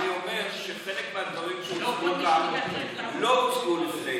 אני אומר שחלק מהדברים שהוצגו כאן לא הוצגו בפנינו,